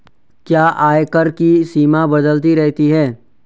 क्या आयकर की सीमा बदलती रहती है?